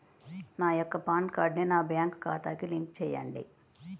నా యొక్క పాన్ కార్డ్ని నా బ్యాంక్ ఖాతాకి లింక్ చెయ్యండి?